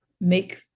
make